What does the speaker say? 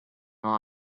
lot